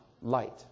light